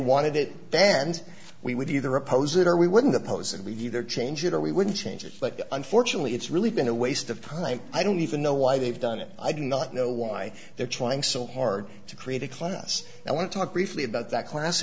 wanted it banned we would either oppose it or we wouldn't oppose it we either change it or we wouldn't change it but unfortunately it's really been a waste of time i don't even know why they've done it i do not know why they're trying so hard to create a class i want to talk briefly about that class